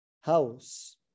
house